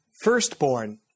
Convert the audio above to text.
firstborn